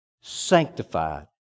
sanctified